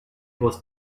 was